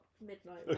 midnight